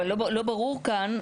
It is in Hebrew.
אבל לא ברור כאן,